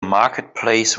marketplace